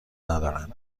ندارن